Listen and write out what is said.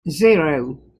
zero